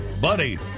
buddy